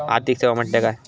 आर्थिक सेवा म्हटल्या काय?